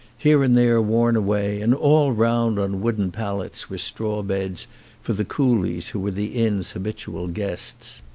here and there worn away, and all round on wooden pallets were straw beds for the coolies who were the inn's habitual guests.